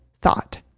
thought